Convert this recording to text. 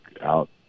out